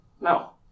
no